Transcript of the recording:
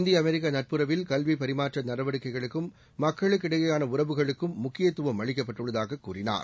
இந்தியஅமெரிக்கநட்புறவில் கல்விபரிமாற்றநடவடிக்கைகளுக்கும் மக்களுக்கிடையேயானஉறவுகளுக்கும் முக்கியத்துவம் அளிக்கப்பட்டுள்ளதாககூறினார்